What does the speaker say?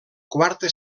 quarta